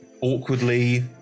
awkwardly